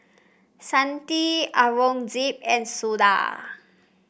Santha Aurangzeb and Suda